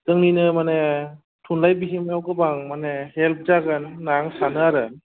जोंनिनो माने थुनलाय बिहोमायाव गोबां माने हेल्प जागोन होनना आं सानो आरो